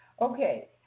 Okay